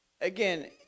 again